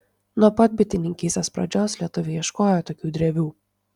nuo pat bitininkystės pradžios lietuviai ieškojo tokių drevių